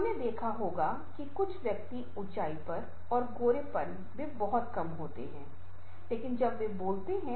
हमने देखा होगा कि कुछ व्यक्ति ऊंचाई पर और गोरेपन में बहुत कम होते हैं लेकिन जब वे बोलते हैं